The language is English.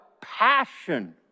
passion